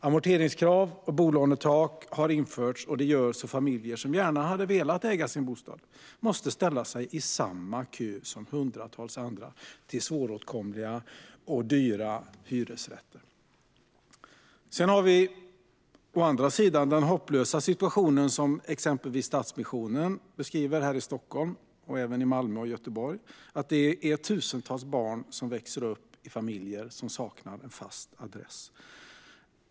Amorteringskrav och bolånetak har införts, och det gör att familjer som gärna hade velat äga sin bostad måste ställa sig i samma kö som hundratals andra till svåråtkomliga och dyra hyresrätter. Sedan har vi å andra sidan den hopplösa situation som exempelvis Stadsmissionen beskriver här i Stockholm och även i Malmö och Göteborg: Tusentals barn växer upp i familjer som saknar fast adress.